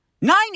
Nine